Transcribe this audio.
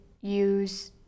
use